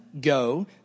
go